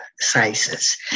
sizes